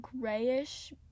grayish